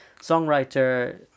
songwriter